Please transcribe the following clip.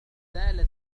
زالت